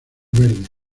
verde